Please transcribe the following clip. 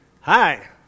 Hi